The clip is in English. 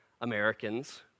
Americans